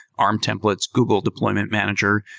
arm templates, google deployment manager.